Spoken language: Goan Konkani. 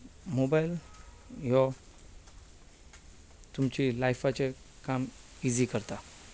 मोबायल घेवप तुमच्या लायफाचें काम इझी करता